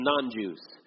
non-Jews